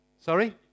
sorry